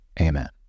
amen